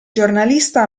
giornalista